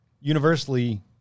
universally